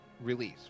release